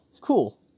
cool